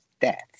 deaths